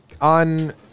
on